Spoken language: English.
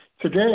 Today